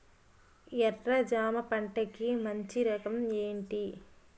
ఎర్ర జమ పంట కి మంచి రకం ఏంటి?